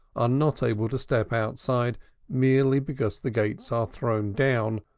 are not able to step outside merely because the gates are thrown down,